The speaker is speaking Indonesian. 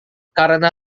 karena